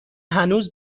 هنوز